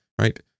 right